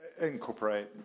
incorporate